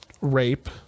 rape